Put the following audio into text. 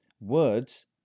words